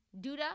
Duda